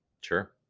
Sure